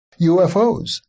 UFOs